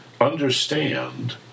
understand